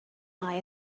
eye